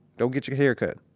don't get your hair cut.